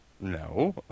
No